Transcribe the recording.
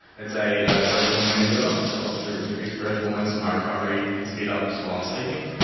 it's a growth hormone inhibitor, so it helps to increase growth hormones, so my recovery can speed up so while i'm sleeping.